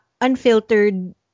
unfiltered